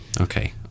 Okay